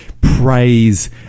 praise